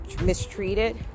mistreated